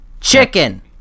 chicken